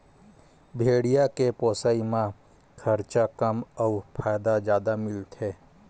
भेड़िया के पोसई म खरचा कम अउ फायदा जादा मिलथे